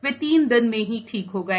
वे तीन दिन में ही ठीक हो गए